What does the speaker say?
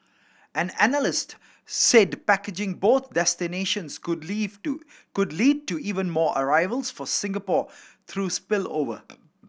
an analyst said packaging both destinations could live to could lead to even more arrivals for Singapore through spillover